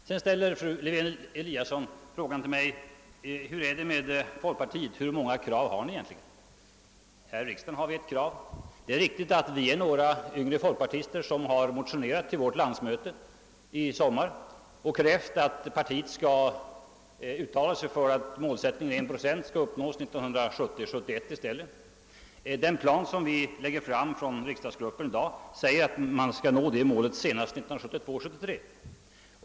Sedan ställde fru Lewén-Eliasson frågan till mig: Hur många krav har ni i folkpartiet egentligen? Ja, här i riksdagen har vi ett krav. Det är riktigt att vi är några yngre folkpartister som i motioner till folkpartiets landsmöte i sommar kräver att partiet skall uttala sig för att målsättningen 1 procent skall uppnås redan 1970 73.